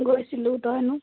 গৈছিলোঁ তইনো